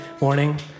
morning